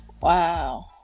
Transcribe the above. Wow